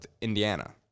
indiana